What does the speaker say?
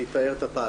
זה מה שקרה?